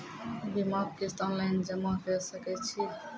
बीमाक किस्त ऑनलाइन जमा कॅ सकै छी?